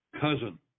cousin